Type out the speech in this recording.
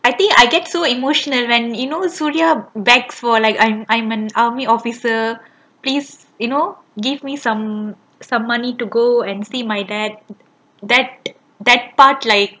I think I get so emotional when you know suria beg for like I'm I'm an army officer please you know give me some some money to go and see my dad that that partly